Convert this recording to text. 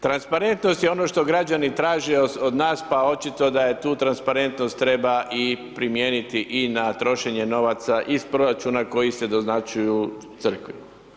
Transparentnost je ono što građani traže od nas pa očito da tu transparentnost treba i primijeniti i na trošenje novaca iz proračuna koji se doznačuju Crkvi.